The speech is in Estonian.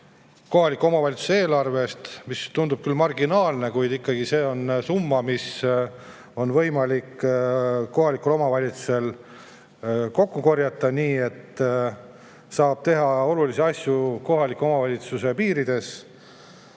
kohaliku omavalitsuse eelarvest. See tundub marginaalne, aga see on summa, mis on võimalik kohalikul omavalitsusel kokku korjata, nii et saab teha olulisi asju kohaliku omavalitsuse piirides.